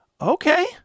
Okay